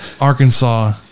Arkansas